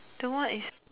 the one is